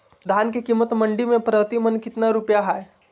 धान के कीमत मंडी में प्रति मन कितना रुपया हाय?